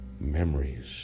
memories